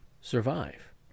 survive